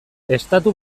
estatu